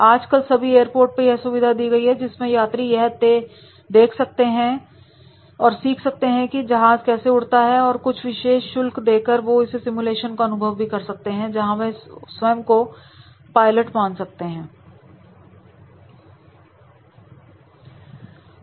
आजकल सभी एयरपोर्ट पर यह सुविधाएं दी गई है जिसमें यात्री यह तेज देख सकते हैं और सीख सकते हैं की जहाज कैसे उड़ता है और कुछ विशेष शुल्क देकर वे इस सिमुलेशन को अनुभव कर सकते हैं स्वयं को पायलट मानते हुए